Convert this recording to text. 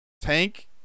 tank